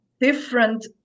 different